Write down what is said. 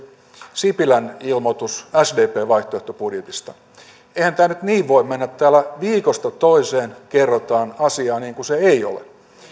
sipilän ilmoitus sdpn vaihtoehtobudjetista eihän tämä nyt niin voi mennä että täällä viikosta toiseen kerrotaan asiaa niin kuin se ei ole